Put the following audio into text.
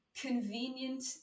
convenient